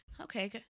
okay